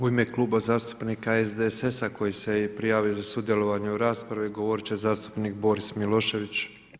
U ime Kluba zastupnika SDSS-a koji se je prijavio za sudjelovanje u raspravi, govoriti će zastupnik Boris Milošević.